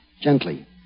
gently